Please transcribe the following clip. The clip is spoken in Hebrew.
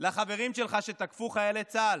לחברים שלך שתקפו חיילי צה"ל.